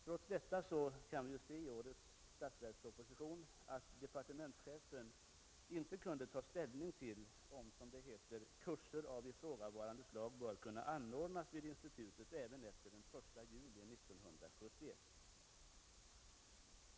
Trots detta kan vi i årets statsverksproposition läsa att departementschefen inte kunnat taga ställning till huruvida »kurser av ifrågavarande slag bör kunna anordnas vid institutet även efter den 1 juli 1971».